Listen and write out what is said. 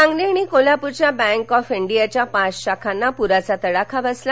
सांगली आणि कोल्हापूरच्या bank of इंडियाच्या पाच शाखांना पूराचा फटका बसला